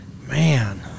man